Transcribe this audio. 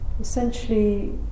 Essentially